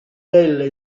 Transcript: delle